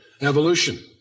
evolution